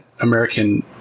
American